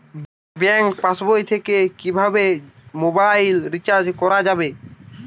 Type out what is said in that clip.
Bank পাশবই থেকে কিভাবে মোবাইল রিচার্জ করা যাবে?